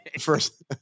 first